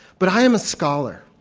but i am a scholar.